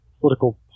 political